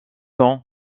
don